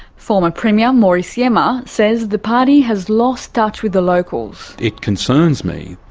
former premier morris iemma says the party has lost touch with the locals. it concerns me,